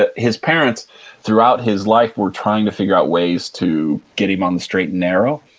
ah his parents throughout his life were trying to figure out ways to get him on the straight and narrow.